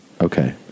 Okay